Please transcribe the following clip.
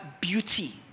beauty